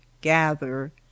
gather